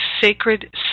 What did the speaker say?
sacred